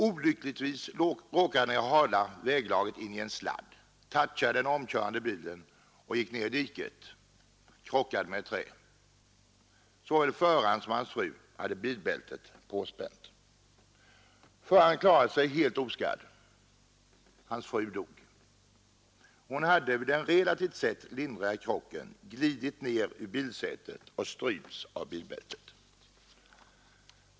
Olyckligtvis råkade han i det hala väglaget in i en sladd, gick ned i diket och krockade med ett träd. Såväl föraren som hans fru hade bilbälte påspänt. Föraren klarade sig helt oskadd, hans fru dog, hon hade vid den relativt sett lindriga krocken glidit ned i bilbältet och strypts av detta.